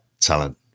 talent